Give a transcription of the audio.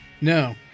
No